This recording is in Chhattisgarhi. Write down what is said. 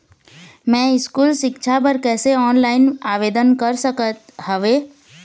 मैं स्कूल सिक्छा बर कैसे ऑनलाइन आवेदन कर सकत हावे?